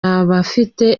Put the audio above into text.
abafite